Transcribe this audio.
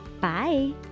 Bye